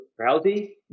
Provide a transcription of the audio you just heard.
Rousey